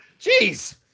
jeez